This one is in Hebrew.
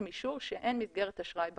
אישור שאין מסגרת אשראי בחשבון.